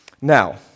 Now